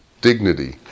dignity